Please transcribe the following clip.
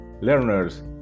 learners